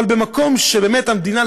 אבל במקום שהמדינה,